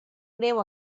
greu